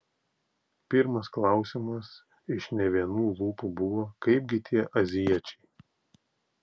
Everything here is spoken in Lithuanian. pirmas klausimas iš ne vienų lūpų buvo kaipgi tie azijiečiai